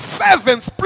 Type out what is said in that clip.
servants